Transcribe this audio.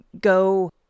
go